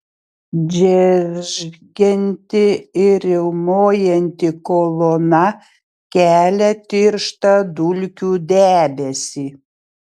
džeržgianti ir riaumojanti kolona kelia tirštą dulkių debesį